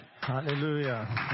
Hallelujah